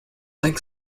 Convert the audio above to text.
think